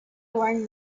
during